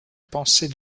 pensée